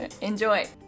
Enjoy